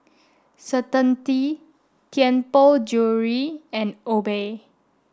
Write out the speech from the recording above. certainty Tianpo Jewellery and Obey